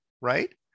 right